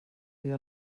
dia